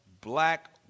black